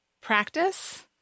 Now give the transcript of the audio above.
practice